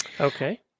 Okay